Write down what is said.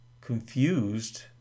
confused